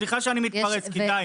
סליחה שאני מתפרץ, כי די.